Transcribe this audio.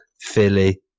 Philly